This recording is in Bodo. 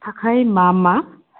थाखाय मा मा